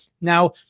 Now